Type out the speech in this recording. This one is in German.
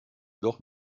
doch